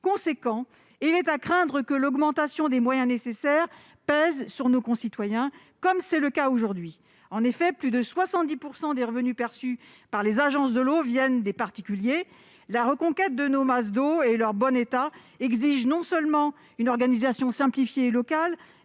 et il est à craindre que l'augmentation des moyens nécessaires ne pèse sur nos concitoyens, comme c'est le cas aujourd'hui. En effet, plus de 70 % des revenus perçus par les agences de l'eau viennent des particuliers. La reconquête et le bon état de nos masses d'eau exigent non seulement une organisation locale